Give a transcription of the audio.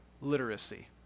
literacy